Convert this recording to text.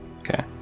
Okay